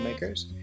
filmmakers